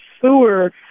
sewer